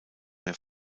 mehr